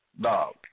dog